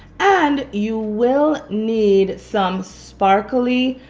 and you will need some sparkly